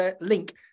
link